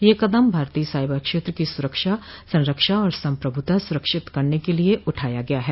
यह कदम भारतीय साइबर क्षेत्र की सुरक्षा संरक्षा और संप्रभुता सुनिश्चित करने के लिए उठाया गया है